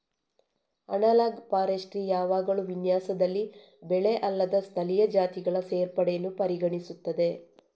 analogue forestry ಯಾವಾಗಲೂ ವಿನ್ಯಾಸದಲ್ಲಿ ಬೆಳೆ ಅಲ್ಲದ ಸ್ಥಳೀಯ ಜಾತಿಗಳ ಸೇರ್ಪಡೆಯನ್ನು ಪರಿಗಣಿಸುತ್ತದೆ